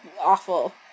awful